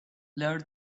learn